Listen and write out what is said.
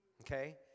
okay